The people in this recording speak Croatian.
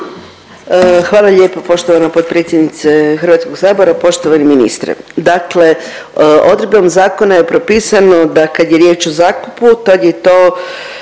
Hvala lijepo poštovana potpredsjednice HS. Poštovani ministre, dakle odredbom zakona je propisano da kad je riječ o zakupu tad je to